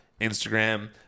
Instagram